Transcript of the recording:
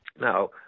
now